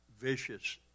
vicious